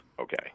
okay